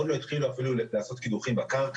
עוד לא התחילו אפילו לעשות קידוחים בקרקע